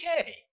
okay